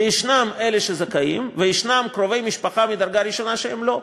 שיש אלה שזכאים ויש קרובי משפחה מדרגה ראשונה שהם לא.